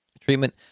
Treatment